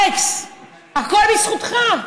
אלכס, הכול בזכותך.